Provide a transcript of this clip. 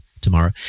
tomorrow